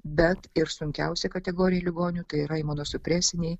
bet ir sunkiausia kategorija ligonių tai yra imunosupresiniai